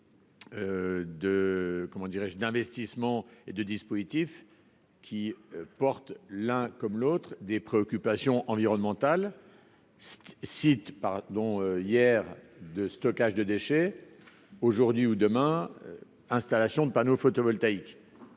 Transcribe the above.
De, comment dirais-je, d'investissement et de dispositifs qui porte l'un comme l'autre des préoccupations environnementales site pardon hier de stockage de déchets aujourd'hui ou demain, installation de panneaux photovoltaïques,